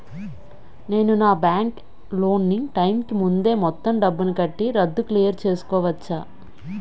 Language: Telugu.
నేను నా బ్యాంక్ లోన్ నీ టైం కీ ముందే మొత్తం డబ్బుని కట్టి రద్దు క్లియర్ చేసుకోవచ్చా?